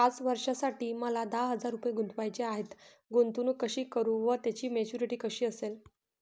पाच वर्षांसाठी मला दहा हजार रुपये गुंतवायचे आहेत, गुंतवणूक कशी करु व त्याची मॅच्युरिटी कशी असेल?